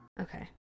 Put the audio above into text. Okay